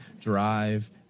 drive